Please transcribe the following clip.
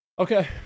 Okay